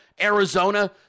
arizona